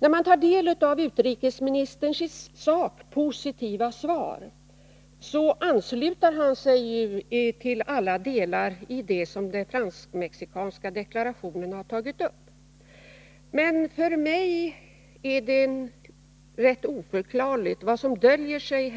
När man tar del av utrikesministerns i sak positiva svar, finner man att han jutill alla delar ansluter sig till det som den fransk-mexikanska deklarationen har tagit upp. Men för mig är det rätt oförklarligt vad som döljer sig